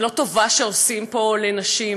זה לא טובה שעושים פה לנשים.